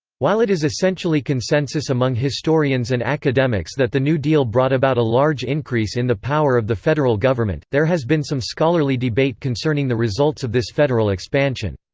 while it is essentially consensus among historians and academics that the new deal brought about a large increase in the power of the federal government, there has been some scholarly debate concerning the results of this federal expansion.